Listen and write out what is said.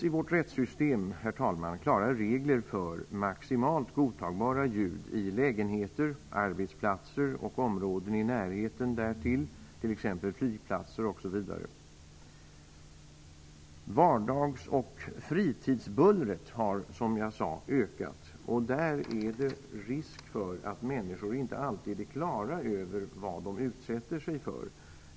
I vårt rättsystem finns klara regler för maximalt godtagbara ljud i lägenheter, arbetsplatser och områden i närheten därtill, t.ex. flygplatser. Vardags och fritidsbullret har som sagt ökat. Det finns en risk för att människor inte alltid är på det klara med vad de utsätter sig för.